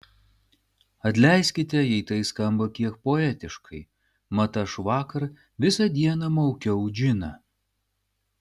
atleiskite jei tai skamba kiek poetiškai mat aš vakar visą dieną maukiau džiną